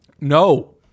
No